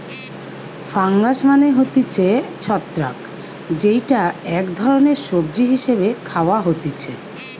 fungus মানে হতিছে ছত্রাক যেইটা এক ধরণের সবজি হিসেবে খাওয়া হতিছে